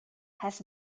has